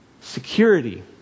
Security